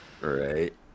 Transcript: Right